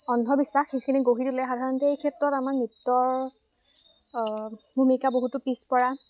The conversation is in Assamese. অন্ধবিশ্বাস সেইখিনি গঢ়ি তুলিলে সাধাৰণতে এই ক্ষেত্ৰত আমাৰ নৃত্যৰ ভূমিকা বহুতো পিছপৰা